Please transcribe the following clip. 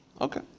Okay